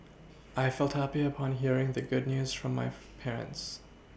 I felt happy upon hearing the good news from my parents